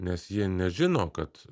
nes jie nežino kad